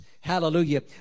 Hallelujah